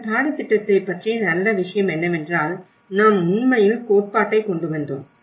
இந்த பாடத்திட்டத்தைப் பற்றிய நல்ல விஷயம் என்னவென்றால் நாம் உண்மையில் கோட்பாட்டைக் கொண்டு வந்தோம்